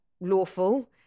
lawful